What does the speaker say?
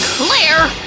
claire!